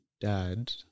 dad